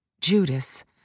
Judas